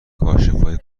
کاشفای